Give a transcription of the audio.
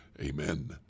Amen